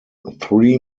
three